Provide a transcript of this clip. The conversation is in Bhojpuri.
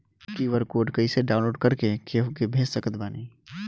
क्यू.आर कोड कइसे डाउनलोड कर के केहु के भेज सकत बानी?